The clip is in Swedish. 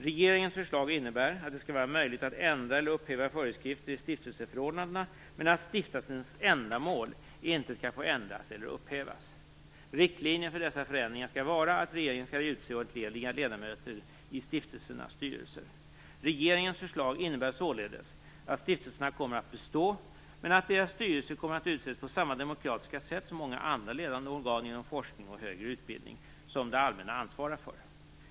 Regeringens förslag innebär att det skall vara möjligt att ändra eller upphäva föreskrifter i stiftelseförordnandena, men att stiftelsernas ändamål inte skall få ändras eller upphävas. Riktlinjen för dessa förändringar skall vara att regeringen skall utse och entlediga ledamöter i stiftelsernas styrelser. Regeringens förslag innebär således att stiftelserna kommer att bestå men att deras styrelser kommer att utses på samma demokratiska sätt som många andra ledande organ inom forskning och högre utbildning som det allmänna svarar för.